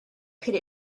could